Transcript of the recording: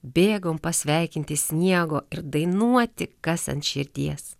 bėgom pasveikinti sniego ir dainuoti kas ant širdies